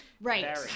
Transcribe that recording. Right